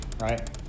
right